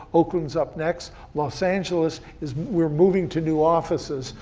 oakland's up next, los angeles is, we're moving to new offices,